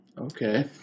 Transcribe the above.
Okay